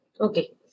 Okay